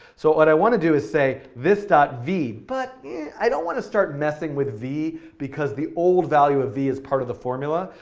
so what i want to do is say this v, but yeah i don't want to start messing with v, because the old value of v is part of the formula.